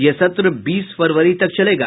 यह सत्र बीस फरवरी तक चलेगा